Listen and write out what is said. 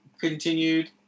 continued